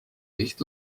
nicht